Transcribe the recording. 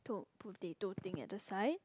to~ potato thing at the side